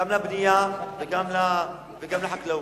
גם לבנייה וגם לחקלאות.